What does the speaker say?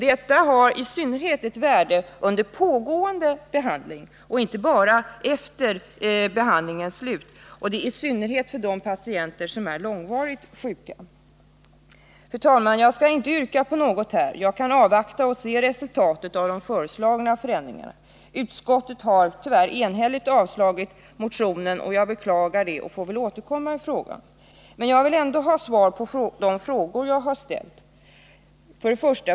Detta har ett värde under pågående behandling och inte endast efter behandlingens slut — i synnerhet för de patienter som är långvarigt sjuka. Fru talman! Jag skall inte ställa något yrkande — jag kan avvakta och se resultatet av de föreslagna förändringarna. Utskottet har tyvärr enhälligt avstyrkt min motion. Jag beklagar det och får väl återkomma i ärendet. Men jag vill ändå ha svar på de frågor jag har ställt. 1.